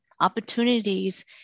opportunities